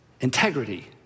integrity